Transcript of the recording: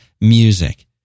music